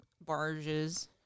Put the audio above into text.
barges